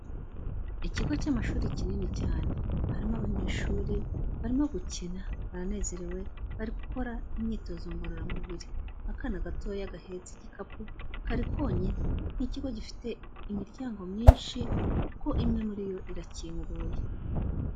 Ikigo cy'amashuri kinini cyane. Harimo abanyeshuri barimo gukina. Baranezerewe bari gukora imyitozo ngororamubiri. Akana gatoya gahetse igikapu kari konyine. Ni ikigo gifite imiryango myinshi kuko imwe muri yo irakinguye.